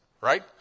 right